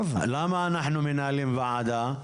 למה אנחנו מנהלים ועדה?